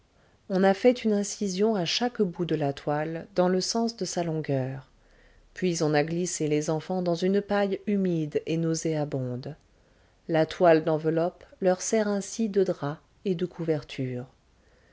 on a fait une incision à chaque bout de la toile dans le sens de sa longueur puis on a glissé les enfants dans une paille humide et nauséabonde la toile d'enveloppe leur sert ainsi de drap et de couverture